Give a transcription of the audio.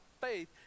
faith